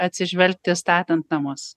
atsižvelgti statant namus